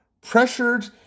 pressured